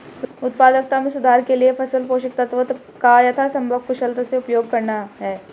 उत्पादकता में सुधार के लिए फसल पोषक तत्वों का यथासंभव कुशलता से उपयोग करना है